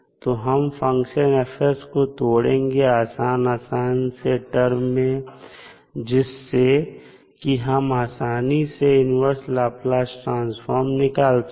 तो हम function F को तोडेंगे आसान आसान से टर्म में जिससे कि हम आसानी से इन्वर्स लाप्लास ट्रांसफॉर्म निकाल सके